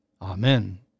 Amen